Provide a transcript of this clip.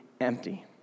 empty